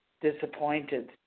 disappointed